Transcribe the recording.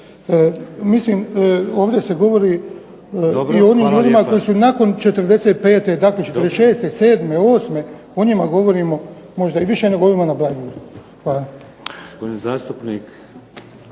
Mislim ovdje se govori i o onim ljudima koji su nakon 45., dakle 46., 7., 8. o njima govorimo možda i više nego ovima na Bleiburgu.